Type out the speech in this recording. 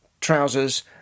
trousers